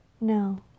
No